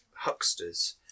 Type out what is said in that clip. hucksters